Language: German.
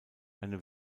eine